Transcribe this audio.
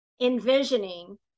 envisioning